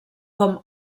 com